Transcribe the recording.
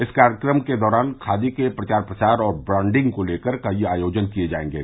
इस कार्यक्रम के दौरान खादी के प्रचार प्रसार और ब्रांडिंग को लेकर कई आयोजन किये जायेंगे